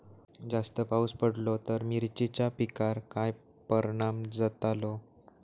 जास्त पाऊस पडलो तर मिरचीच्या पिकार काय परणाम जतालो?